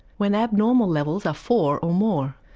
when abnormal levels are four or more.